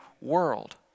world